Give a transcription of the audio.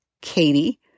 Katie